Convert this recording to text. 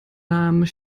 namen